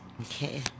Okay